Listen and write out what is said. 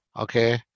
Okay